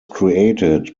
created